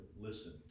listen